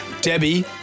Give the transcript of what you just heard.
Debbie